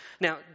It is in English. Now